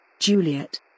Juliet